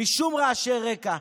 בלי שום רעשי רקע,